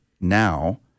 now